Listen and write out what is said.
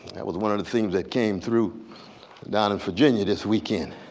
that was one of the things that came through down in virginia this weekend.